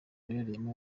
ruherereyemo